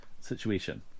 situation